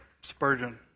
Spurgeon